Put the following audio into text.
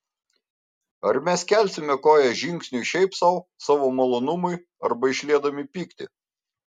ar mes kelsime koją žingsniui šiaip sau savo malonumui arba išliedami pyktį